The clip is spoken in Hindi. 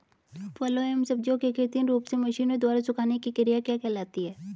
फलों एवं सब्जियों के कृत्रिम रूप से मशीनों द्वारा सुखाने की क्रिया क्या कहलाती है?